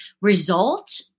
result